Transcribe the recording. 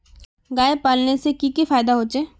गाय पालने से की की फायदा होचे?